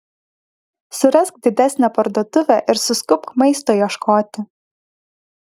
surask didesnę parduotuvę ir suskubk maisto ieškoti